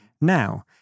now